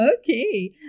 okay